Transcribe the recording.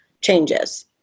changes